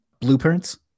blueprints